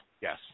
yes